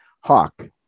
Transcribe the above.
Hawk